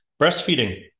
breastfeeding